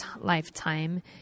lifetime